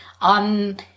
on